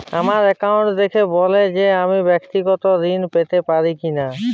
আমার অ্যাকাউন্ট দেখে বলবেন যে আমি ব্যাক্তিগত ঋণ পেতে পারি কি না?